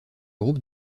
groupe